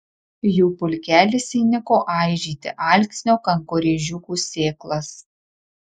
jų pulkelis įniko aižyti alksnio kankorėžiukų sėklas